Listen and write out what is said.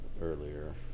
earlier